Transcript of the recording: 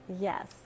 Yes